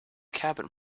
cabin